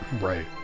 Right